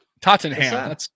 Tottenham